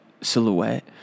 silhouette